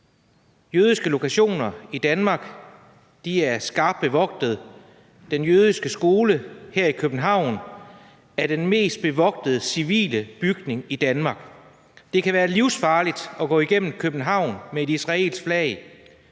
Jødiske lokationer i Danmark er skarpt bevogtet. Den jødiske skole her i København er den mest bevogtede civile bygning i Danmark. Det kan være livsfarligt at gå igennem København med et israelsk flag.